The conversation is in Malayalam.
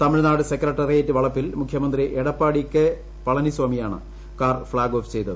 തമിഴ്നാട് സെക്രട്ടറേറിയറ്റ് വളപ്പിൽ മുഖ്യമന്ത്രി Edappadi K Palani സ്വാമിയാണ് car flag off ചെയ്തു